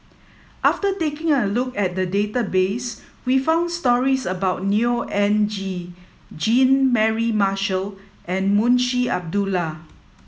after taking a look at the database we found stories about Neo Anngee Jean Mary Marshall and Munshi Abdullah